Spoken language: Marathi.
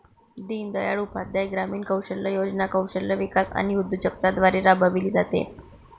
दीनदयाळ उपाध्याय ग्रामीण कौशल्य योजना कौशल्य विकास आणि उद्योजकता द्वारे राबविली जाते